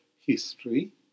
history